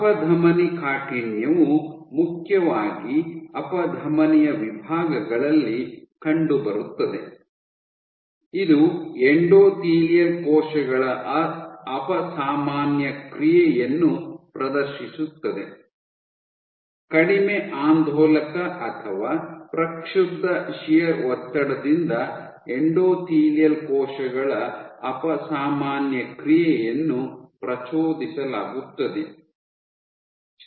ಅಪಧಮನಿಕಾಠಿಣ್ಯವು ಮುಖ್ಯವಾಗಿ ಅಪಧಮನಿಯ ವಿಭಾಗಗಳಲ್ಲಿ ಕಂಡುಬರುತ್ತದೆ ಇದು ಎಂಡೋಥೆಲಿಯಲ್ ಕೋಶಗಳ ಅಪಸಾಮಾನ್ಯ ಕ್ರಿಯೆಯನ್ನು ಪ್ರದರ್ಶಿಸುತ್ತದೆ ಕಡಿಮೆ ಆಂದೋಲಕ ಅಥವಾ ಪ್ರಕ್ಷುಬ್ಧ ಶಿಯರ್ ಒತ್ತಡದಿಂದ ಎಂಡೋಥೆಲಿಯಲ್ ಕೋಶಗಳ ಅಪಸಾಮಾನ್ಯ ಕ್ರಿಯೆಯನ್ನು ಪ್ರಚೋದಿಸಲಾಗುತ್ತದೆ